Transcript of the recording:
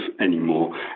anymore